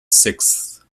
sixth